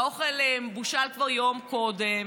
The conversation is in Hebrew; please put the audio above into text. והאוכל בושל כבר יום קודם,